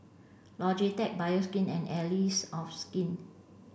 logitech Bioskin and Allies of Skin